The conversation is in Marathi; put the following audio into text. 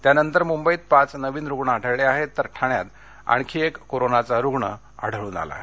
त्यानंतर मुंबईत पाच नवीन रुग्ण आढळले आहेत तर ठाण्यात आणखी एक कोरोनाचा रुग्ण आढळून आला आहे